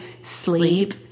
sleep